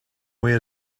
wear